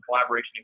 collaboration